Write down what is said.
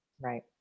Right